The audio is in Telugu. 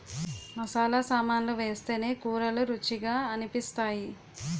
మసాలా సామాన్లు వేస్తేనే కూరలు రుచిగా అనిపిస్తాయి